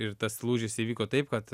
ir tas lūžis įvyko taip kad